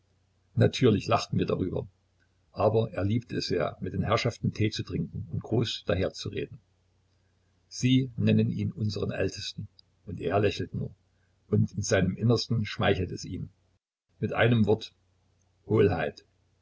natürlich lachten wir darüber aber er liebte es sehr mit den herrschaften tee zu trinken und groß daherzureden sie nennen ihn unseren ältesten und er lächelt nur und in seinem innersten schmeichelt es ihm mit einem wort